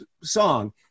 song